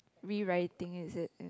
rewriting is it